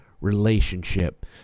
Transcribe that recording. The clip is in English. relationship